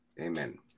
Amen